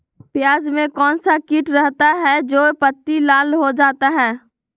प्याज में कौन सा किट रहता है? जो पत्ती लाल हो जाता हैं